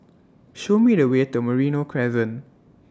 Show Me The Way to Merino Crescent